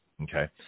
okay